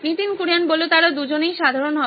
নীতিন কুরিয়ান তারা দুজনেই সাধারণ হবে